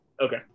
Okay